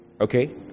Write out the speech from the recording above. Okay